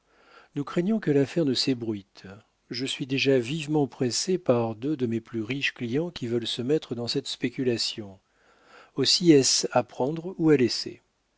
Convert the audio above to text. nous craignons que l'affaire ne s'ébruite je suis déjà vivement pressé par deux de mes plus riches clients qui veulent se mettre dans cette spéculation aussi est-ce à prendre ou à laisser